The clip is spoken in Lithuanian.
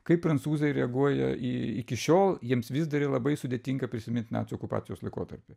kaip prancūzai reaguoja į iki šiol jiems vis dar labai sudėtinga prisimint nacių okupacijos laikotarpį